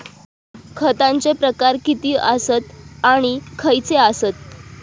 खतांचे प्रकार किती आसत आणि खैचे आसत?